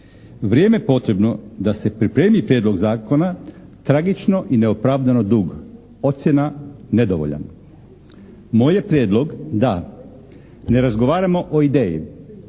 Vrijeme potrebno da se pripremi Prijedlog zakona tragično i neopravdano dugo. Ocjena nedovoljan. Moj je prijedlog da ne razgovaramo o ideji,